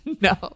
No